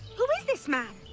who is this man?